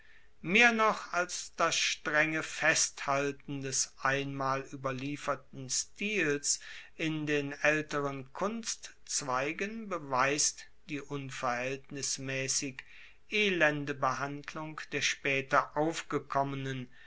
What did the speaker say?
mehr noch als das strenge festhalten des einmal ueberlieferten stils in den aelteren kunstzweigen beweist die unverhaeltnismaessig elende behandlung der spaeter aufgekommenen